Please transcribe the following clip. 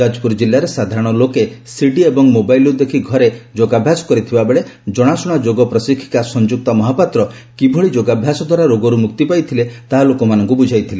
ଯାଜପ୍ରର ଜିଲ୍ବାରେ ସାଧାରଣ ଲୋକେ ସିଡି ଏବଂ ମୋବାଇଲ୍ର୍ ଦେଖ ଘରେ ଯୋଗାଭ୍ୟାସ କରିଥିବାବେଳେ ଜଣାଶୁଣା ଯୋଗ ପ୍ରଶିକ୍ଷିକା ସଂଯୁକ୍ତା ମହାପାତ୍ର କିଭଳି ଯୋଗାଭ୍ୟାସଦ୍ୱାରା ରୋଗରୁ ମୁକ୍ତି ପାଇଥିଲେ ତାହା ଲୋକମାନଙ୍କୁ ବୁଝାଇଥିଲେ